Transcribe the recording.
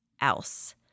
else